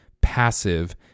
passive